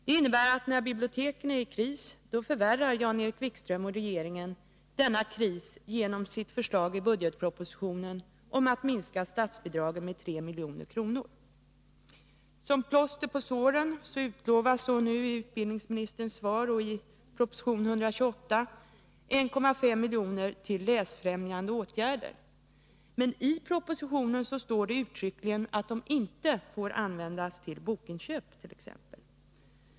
Det innebär att när biblioteken är i kris förvärrar Jan-Erik Wikström och regeringen i övrigt denna kris genom sitt förslag i budgetpropositionen om att minska statsbidragen med 3 milj.kr. Som plåster på såren utlovas nu i utbildningsministerns svar och i proposition 128 1,5 miljoner till läsfrämjande åtgärder, men i propositionen står uttryckligen att de inte får användas till exempelvis bokinköp.